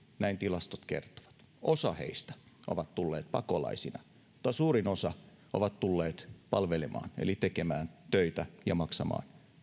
näin tilastot kertovat osa heistä on tullut pakolaisina mutta suurin osa on tullut palvelemaan eli tekemään töitä ja maksamaan